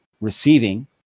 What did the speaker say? receiving